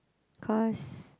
cause